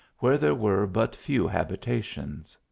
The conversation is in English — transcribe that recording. where there were but few hab itations.